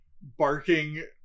barking